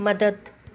मदद